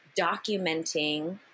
documenting